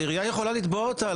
העירייה יכולה לתבוע אותה.